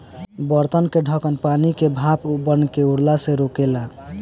बर्तन के ढकन पानी के भाप बनके उड़ला से रोकेला